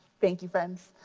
thank you friends.